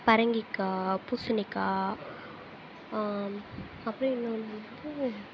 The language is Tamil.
பரங்கிக்காய் பூசணிக்காய் அப்றம் இன்னொன்று வந்து